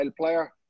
player